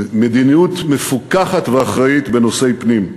מדיניות מפוקחת ואחראית בנושאי פנים.